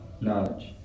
knowledge